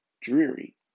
dreary